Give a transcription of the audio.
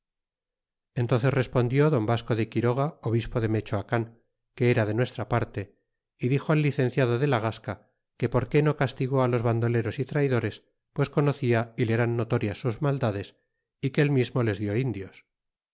entbnces respondió don vasco de quiroga obispo de mechoacan que era de nuestra parte y dixo al licenciado de la gasea que por qué no castigó los vandoieros y traidores pues conocía y le eran notorias sus maldades y que él mismales die indios